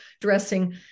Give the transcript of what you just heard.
dressing